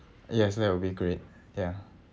yes that will be great ya